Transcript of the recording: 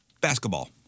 Basketball